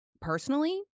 personally